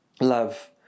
love